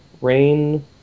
Rain